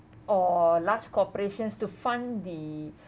or large corporations to fund the